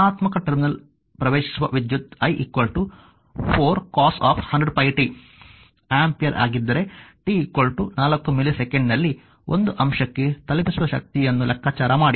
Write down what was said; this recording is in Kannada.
8 ಧನಾತ್ಮಕ ಟರ್ಮಿನಲ್ ಪ್ರವೇಶಿಸುವ ವಿದ್ಯುತ್ i 4 cos 100πt ಆಂಪಿಯರ್ ಆಗಿದ್ದರೆ t 4 ಮಿಲಿಸೆಕೆಂಡಿನಲ್ಲಿ ಒಂದು ಅಂಶಕ್ಕೆ ತಲುಪಿಸುವ ಶಕ್ತಿಯನ್ನು ಲೆಕ್ಕಾಚಾರ ಮಾಡಿ